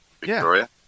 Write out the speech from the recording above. Victoria